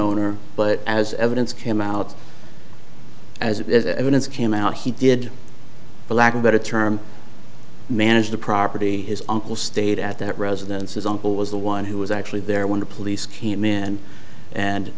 owner but as evidence came out as if there's evidence came out he did for lack of a better term manage the property his uncle stayed at that residence is uncle was the one who was actually there when the police came in and